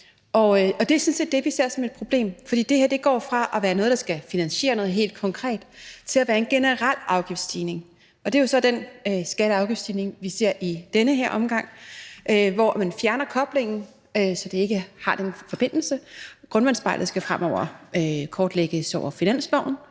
set det, vi ser som et problem. For det her går fra at være noget, der skal finansiere noget helt konkret, til at være en generel afgiftsstigning, og det er jo så den skatte- og afgiftsstigning, vi ser i den her omgang, hvor man fjerner koblingen, så det ikke har den forbindelse. Grundvandsspejlet skal fremover kortlægges over finansloven,